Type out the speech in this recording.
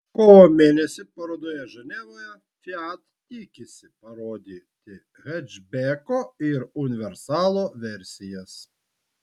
kovo mėnesį parodoje ženevoje fiat tikisi parodyti hečbeko ir universalo versijas